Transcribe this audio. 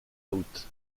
out